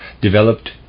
developed